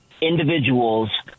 individuals